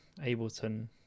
Ableton